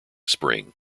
spring